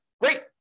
Great